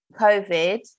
COVID